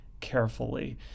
carefully